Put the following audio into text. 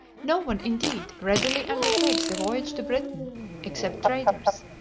no one, indeed, readily undertakes the voyage to britain except traders,